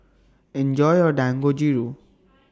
Enjoy your Dangojiru